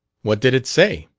what did it say?